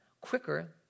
quicker